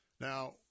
Now